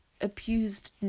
abused